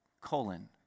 colon